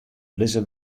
lizze